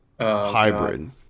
hybrid